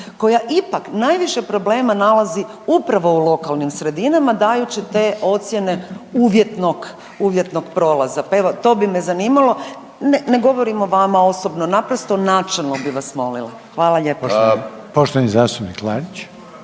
koja ipak najviše problema nalazi upravo u lokalnim sredinama dajući te ocjene uvjetnog prolaza. Pa evo, to bi me zanimalo. Ne govorim o vama osobno. Naprosto načelno bih vas molila. **Reiner, Željko (HDZ)** Poštovani zastupnik Klarić.